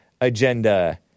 agenda